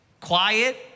quiet